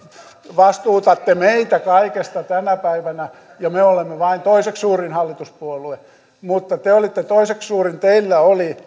vastuutatte meitä kaikesta tänä päivänä ja me olemme vain toiseksi suurin hallituspuolue mutta te olitte toiseksi suurin teillä oli